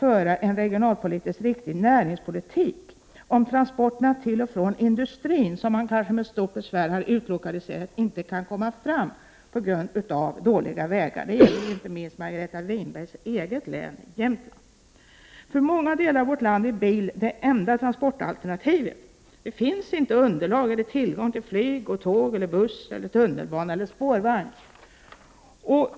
För man en regionalpolitiskt riktig näringspolitik om transporterna till och från industrin, som man kanske med stort besvär har utlokaliserat, inte kan komma fram på grund av dåliga vägar — det gäller inte minst Margareta Winbergs eget län, Jämtland? För många delar av vårt land är bil det enda möjliga transportmedlet — det finns inte underlag för eller tillgång till flyg, tåg, buss, tunnelbana eller spårvagn.